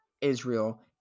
Israel